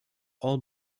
all